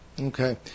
Okay